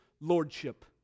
lordship